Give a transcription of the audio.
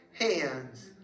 hands